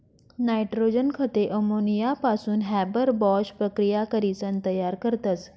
nitrogen खते अमोनियापासून Haber Bosch प्रकिया करीसन तयार करतस